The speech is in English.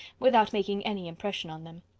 without making any impression on them.